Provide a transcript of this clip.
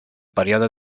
període